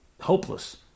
hopeless